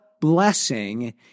blessing